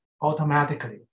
automatically